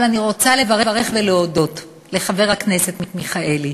אבל אני רוצה לברך ולהודות לחבר הכנסת מיכאלי,